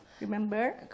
Remember